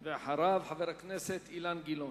ואחריו, חבר הכנסת אילן גילאון.